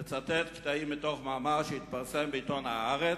לצטט קטעים מתוך מאמר שהתפרסם בעיתון "הארץ"